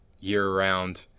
year-round